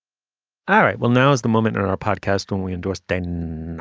all right well now is the moment on our podcast when we endorsed dan